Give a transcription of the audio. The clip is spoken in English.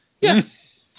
yes